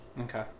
Okay